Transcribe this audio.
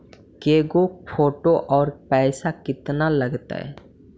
के गो फोटो औ पैसा केतना लगतै?